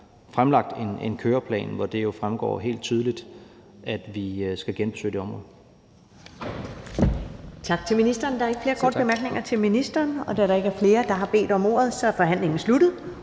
fremlagt en køreplan, hvor det jo fremgår helt tydeligt, at vi skal genbesøge det område.